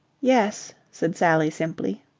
yes, said sally simply.